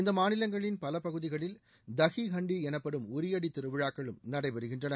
இந்த மாநிலங்களின் பல பகுதிகளில் தஹி ஹண்டி எனப்படும் உறியடி திருவிழாக்களும் நடைபெறுகின்றன